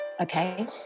Okay